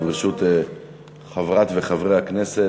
וברשות חברת וחברי הכנסת,